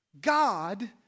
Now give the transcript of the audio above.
God